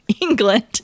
England